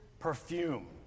perfume